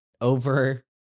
over